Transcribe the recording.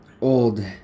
old